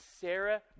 Sarah